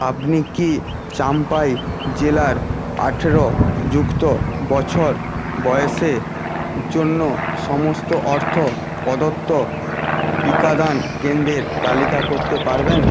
আপনি কি চাম্পাই জেলার আঠেরো যুক্ত বছর বয়সের জন্য সমস্ত অর্থ প্রদত্ত টিকাদান কেন্দ্রের তালিকা করতে পারবেন